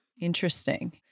interesting